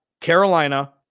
Carolina